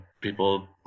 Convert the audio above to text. people